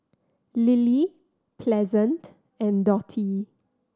Lily Pleasant and Dottie